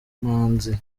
manzi